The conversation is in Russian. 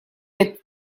это